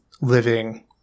living –